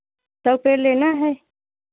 सौ पेड़ लेना है